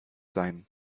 sein